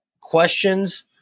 questions